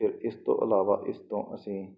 ਫਿਰ ਇਸ ਤੋਂ ਇਲਾਵਾ ਇਸ ਤੋਂ ਅਸੀਂ